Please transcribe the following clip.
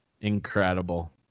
Incredible